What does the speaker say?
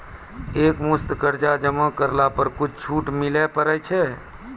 एक मुस्त कर्जा जमा करला पर कुछ छुट मिले पारे छै?